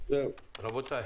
רבותיי,